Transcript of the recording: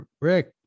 Rick